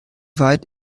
weit